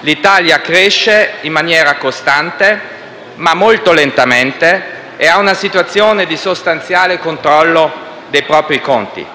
l'Italia cresce in maniera costante, seppure molto lentamente, ed in una situazione di sostanziale controllo dei propri conti.